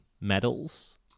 medals